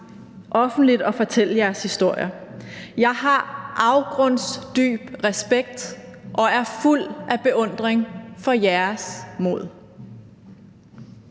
offentligt og fortælle jeres historier. Jeg har afgrundsdyb respekt og er fuld af beundring for jeres mod.